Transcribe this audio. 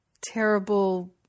terrible